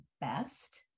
best